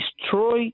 destroy